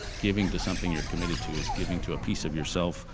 giving to something you're committed to is giving to a piece of yourself.